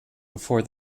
before